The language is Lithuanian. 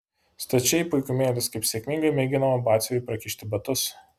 stačiai puikumėlis kaip sėkmingai mėginama batsiuviui prakišti batus